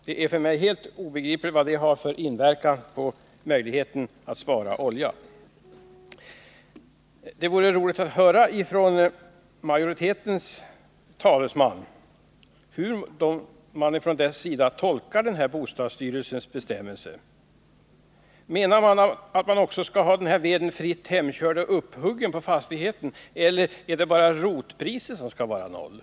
Det är för mig helt obegripligt vad detta kan ha för inverkan på möjligheterna att spara olja. Det vore roligt att höra från majoritetens talesman hur man från majoritetens sida tolkar denna bostadsstyrelsens bestämmelse. Menar majoriteten att veden också skall vara fritt hemkörd och upphuggen på fastigheten eller är det bara rotpriset som skall vara noll?